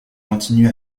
continue